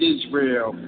Israel